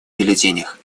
бюллетенях